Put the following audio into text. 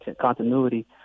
continuity